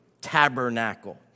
tabernacle